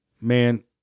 Man